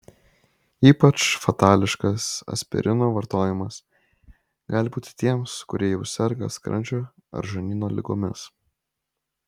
ypač fatališkas aspirino vartojimas gali būti tiems kurie jau serga skrandžio ar žarnyno ligomis